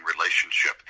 relationship